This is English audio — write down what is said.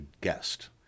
guest